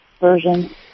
version